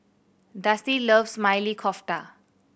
Dusty loves Maili Kofta